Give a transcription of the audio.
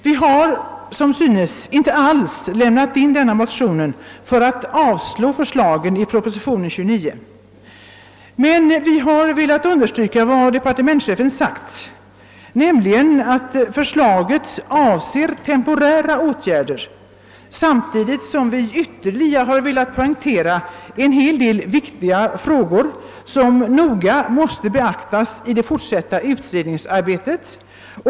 Vi har inte alls väckt dessa motioner därför att vi vill avslå förslagen i propositionen nr 29 utan vi har velat un derstryka vad departementschefen har sagt om att förslagen avser temporära åtgärder samtidigt som vi har velat ytterligare poängtera en hel del viktiga frågor som noga måste beaktas i det fortsatta utredningsarbetet.